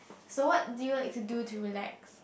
so what do you like to do to relax